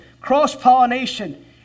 cross-pollination